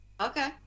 okay